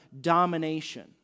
domination